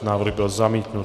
Návrh byl zamítnut.